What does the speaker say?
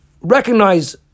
recognize